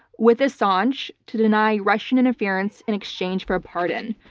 with assange to deny russian interference in exchange for a pardon.